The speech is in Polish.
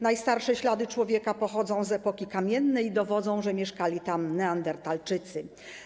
Najstarsze ślady człowieka pochodzą z epoki kamiennej i dowodzą, że mieszkali tam neandertalczycy.